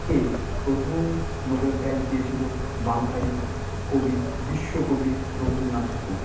কে প্রথম Nobel prize দিয়েছিলো বাংলারই কবি বিশ্বকবি রবীন্দ্রনাথ ঠাকুর